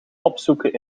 opzoeken